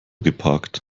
geparkt